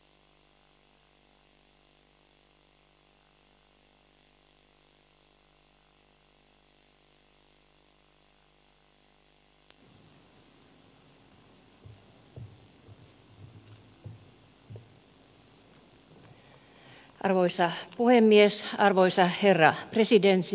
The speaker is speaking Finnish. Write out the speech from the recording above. arvoisa herra presidentti ja hyvät juhlavieraat